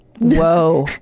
Whoa